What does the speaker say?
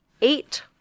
eight